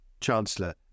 Chancellor